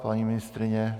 Paní ministryně?